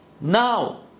Now